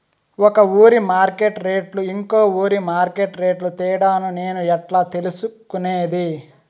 ఒక ఊరి మార్కెట్ రేట్లు ఇంకో ఊరి మార్కెట్ రేట్లు తేడాను నేను ఎట్లా తెలుసుకునేది?